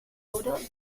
oro